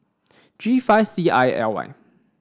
G five C I L Y